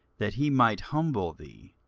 that he might humble thee,